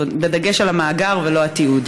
בדגש על המאגר ולא על התיעוד?